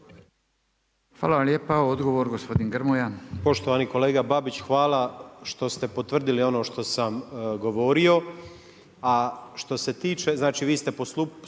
Hvala vam lijepa. Odgovor gospodin Grmoja.